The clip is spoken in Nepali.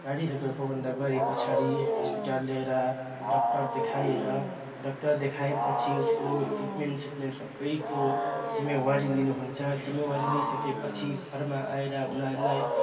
गाडीहरूको प्रबन्ध गरे पछाडि हस्पिटल लिएर डाक्टर देखाएर डाक्टर देखाए पछि उसको ट्रिटमेन्ट स्रिटमेन्ट सबैको जिम्मेवारी लिनु हुन्छ जिम्मेवारी लिई सके पछि घरमा आएर उनीहरूलाई